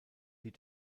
die